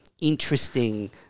interesting